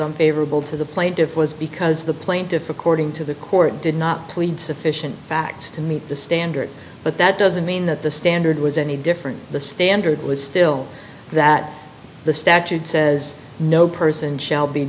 a favorable to the plaintiff was because the plaintiff according to the court did not plead sufficient facts to meet the standard but that doesn't mean that the standard was any different the standard was still that the statute says no person shall be